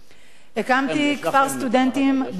הקמתי את כפר הסטודנטים בעיר לוד,